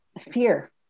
Fear